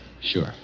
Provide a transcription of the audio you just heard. Sure